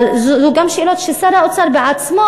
אבל אלה גם שאלות ששר האוצר בעצמו